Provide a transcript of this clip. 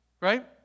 right